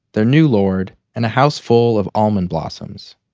their new lord and a house full of almond blossoms.